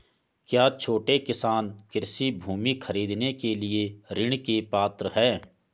क्या छोटे किसान कृषि भूमि खरीदने के लिए ऋण के पात्र हैं?